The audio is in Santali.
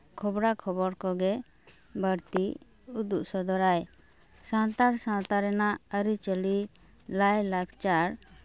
ᱠᱷᱚᱵᱽᱨᱟ ᱠᱷᱚᱵᱚᱨ ᱠᱚᱜᱮ ᱵᱟᱹᱲᱛᱤ ᱩᱫᱩᱜ ᱥᱚᱫᱚᱨᱟᱭ ᱥᱟᱱᱛᱟᱲ ᱥᱟᱶᱛᱟ ᱨᱮᱱᱟᱜ ᱟᱹᱨᱤᱪᱟᱹᱞᱤ ᱞᱟᱭᱼᱞᱟᱠᱪᱟᱨ